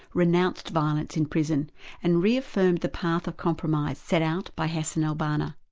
renounced violence in prison and reaffirmed the path of compromise set out by hassan al-banna.